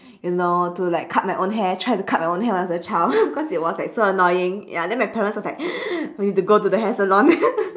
you know to like cut my own hair try to cut my own hair as a child cause it was like so annoying ya and then my parents was like we have to go to the hair salon